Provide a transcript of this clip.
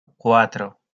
cuatro